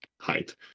height